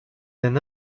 d’un